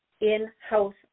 in-house